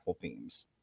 themes